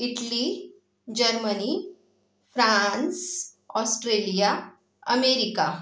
Italy Germany France Australia America